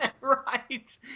Right